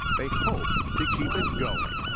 they hope to keep it going.